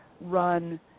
run